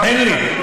אין לי.